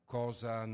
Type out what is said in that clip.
cosa